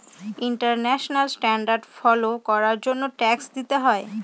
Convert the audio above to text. international standard follow করার জন্য tax দিতে হয়